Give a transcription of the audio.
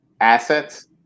assets